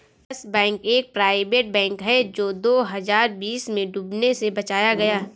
yes Bank एक private bank है जो दो हज़ार बीस में डूबने से बचाया गया